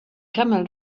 camel